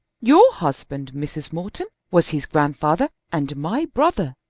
your husband, mrs. morton, was his grandfather and my brother.